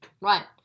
Right